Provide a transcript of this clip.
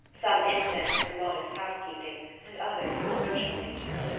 some incident to her modest housekeeping, and others of a social nature.